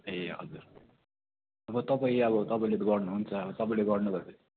ए हजुर अब तपाईँ अब तपाईँले त गर्नहुन्छ अब तपाईँले गर्नु भएपछि